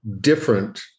different